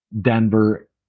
Denver